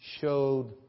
showed